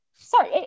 Sorry